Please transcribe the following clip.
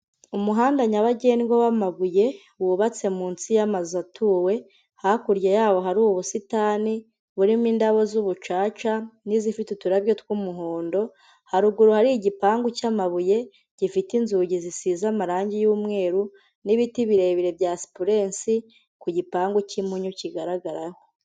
Umuhanda nyabagendwa w'amabuye wubatse munsi y'amazu atuwe, hakurya yaho hari ubusitani burimo indabo z'ubucaca n'izifite uturabyo tw'umuhondo, haruguru hari igipangu cy'amabuye gifite inzugi zisize amarangi y'umweru n'ibiti birebire bya supurensi ku gipangu cy'impunyu kigaragaraho.